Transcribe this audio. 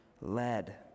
led